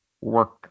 work